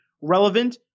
relevant